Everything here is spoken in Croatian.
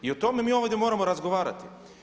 I o tome mi ovdje moramo razgovarati.